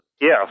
Yes